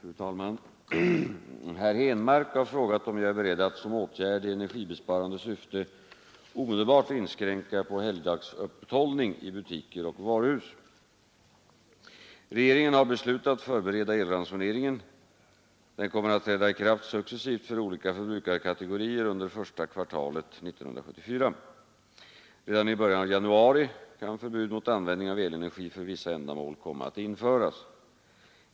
Fru talman! Herr Henmark har frågat om jag är beredd att som åtgärd i energibesparande syfte omedelbart inskränka på helgdagsöppethållning i butiker och varuhus. Regeringen har beslutat förbereda elransonering. Ransoneringen kommer att träda i kraft successivt för olika förbrukarkategorier under första kvartalet 1974. Redan i början av januari kan förbud mot användning av elenergi för vissa ändamål komma att införas.